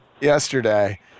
yesterday